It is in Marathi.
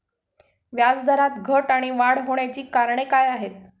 व्याजदरात घट आणि वाढ होण्याची कारणे काय आहेत?